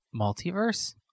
Multiverse